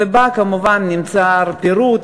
ובה כמובן נמסר פירוט,